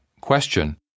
Question